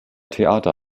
theater